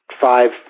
five